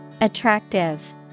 attractive